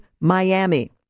Miami